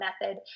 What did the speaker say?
method